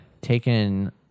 taken